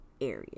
area